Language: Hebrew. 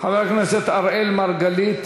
חבר הכנסת אראל מרגלית.